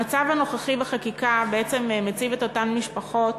המצב הנוכחי בחקיקה בעצם מציב את אותן משפחות